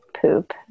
poop